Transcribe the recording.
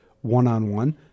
one-on-one